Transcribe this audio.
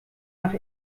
nach